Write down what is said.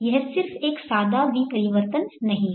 यह सिर्फ एक सादा विपरिवर्तन नहीं है